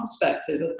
perspective